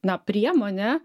na priemonė